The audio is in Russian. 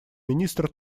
министра